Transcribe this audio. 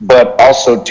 but also